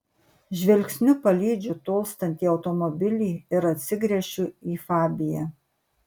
žvilgsniu palydžiu tolstantį automobilį ir atsigręžiu į fabiją